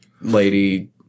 lady